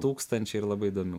tūkstančiai ir labai įdomių